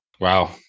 Wow